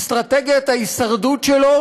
אסטרטגיית ההישרדות שלו,